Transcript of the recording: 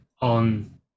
on